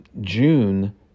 June